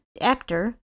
actor